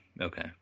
Okay